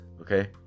okay